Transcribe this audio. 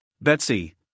Betsy